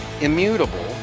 immutable